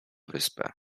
wyspę